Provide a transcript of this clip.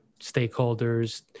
stakeholders